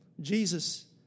Jesus